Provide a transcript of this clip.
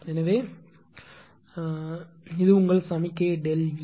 எனவே இது உங்கள் சமிக்ஞை ΔE